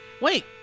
Wait